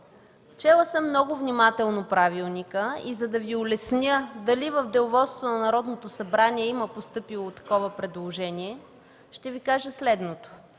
чела съм много внимателно правилника и за да Ви улесня дали в Деловодството на Народното събрание има постъпило такова предложение, ще Ви кажа следното.